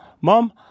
mom